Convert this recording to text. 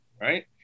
right